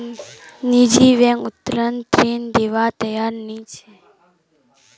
निजी बैंक उत्तोलन ऋण दिबार तैयार नइ छेक